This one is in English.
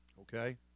okay